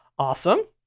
awesome.